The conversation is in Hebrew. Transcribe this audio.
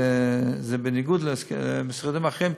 בניגוד למשרדים אחרים,